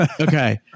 okay